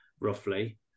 roughly